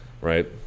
Right